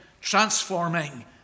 transforming